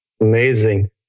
amazing